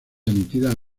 emitida